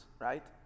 right